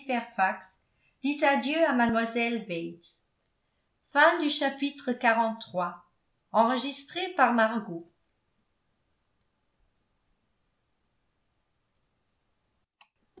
dit adieu à mlle bates